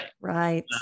Right